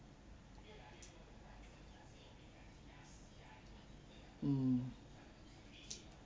mm